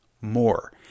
more